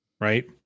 right